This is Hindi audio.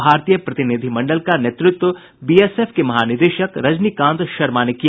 भारतीय प्रतिनिधिमंडल का नेतृत्व बीएसएफ के महानिदेशक रजनीकांत शर्मा ने किया